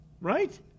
right